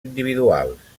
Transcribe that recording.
individuals